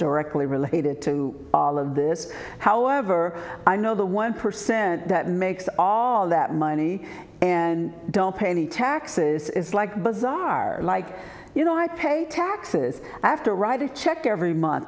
directly related to all of this however i know the one percent that makes all that money and don't pay any taxes is like bizarre like you know i pay taxes after write a check every month